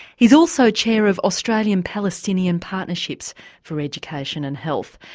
he's also chair of australian palestinian partnerships for education and health.